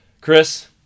Chris